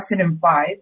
2005